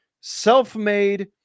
self-made